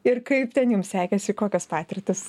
ir kaip ten jum sekėsi kokios patirtys